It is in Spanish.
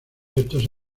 estos